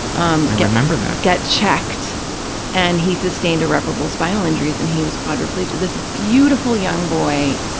um i remember that. get checked and he sustained irreparable spinal injuries and he was quadriplegic, this beautiful young boy,